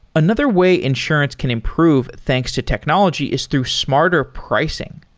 another way insurance can improve, thanks to technology, is through smarter pricing.